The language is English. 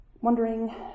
wondering